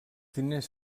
diners